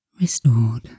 restored